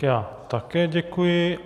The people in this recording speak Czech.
Já také děkuji.